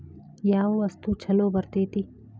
ಯಾವ ವಸ್ತು ಛಲೋ ಬರ್ತೇತಿ?